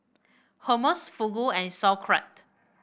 Hummus Fugu and Sauerkraut